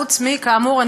חוץ מכאמור,